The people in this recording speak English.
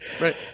Right